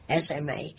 SMA